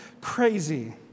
crazy